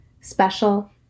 special